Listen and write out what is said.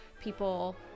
people